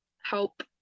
help